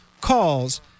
calls